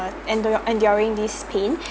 endure enduring this pain